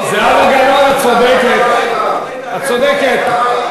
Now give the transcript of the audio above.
זהבה גלאון, את צודקת, את צודקת.